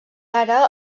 ara